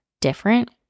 different